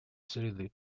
среды